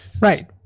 Right